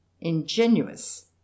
INGENUOUS